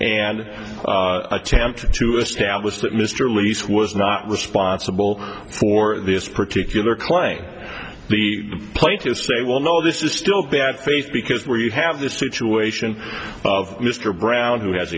and attempt to establish that mr lease was not responsible for this particular claim the plaintiffs say well no this is still bad faith because where you have the situation of mr brown who has